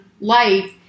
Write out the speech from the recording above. life